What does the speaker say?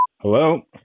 Hello